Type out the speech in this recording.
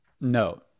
No